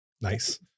nice